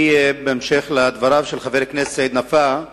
בהמשך לדבריו של חבר הכנסת נפאע,